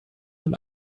dem